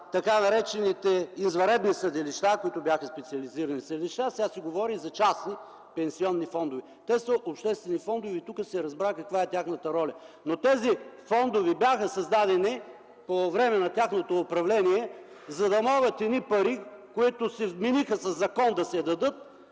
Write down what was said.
така наречените извънредни съдилища, които бяха специализирани съдилища, сега се говори за частни пенсионни фондове. Те са обществени фондове и тук се разбра каква е тяхната роля. Тези фондове бяха създадени по време на тяхното управление, за да могат едни пари, за които се вмени със закон да се дадат,